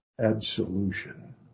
absolution